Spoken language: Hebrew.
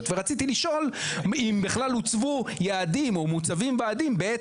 ורציתי לשאול אם בכלל הוצבו יעדים או מוצבים יעדים בעת